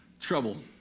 trouble